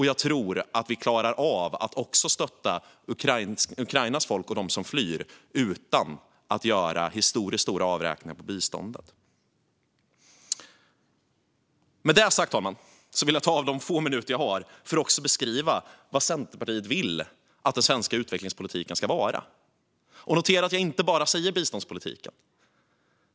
Jag tror att vi klarar av att också stötta Ukrainas folk och dem som flyr utan att göra historiskt stora avräkningar på biståndet. Med detta sagt vill jag ta av de få minuter jag har för att också beskriva vad Centerpartiet vill att den svenska utvecklingspolitiken ska vara. Och notera att jag inte bara säger "biståndspolitiken".